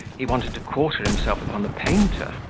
he wanted to quarter himself upon the painter,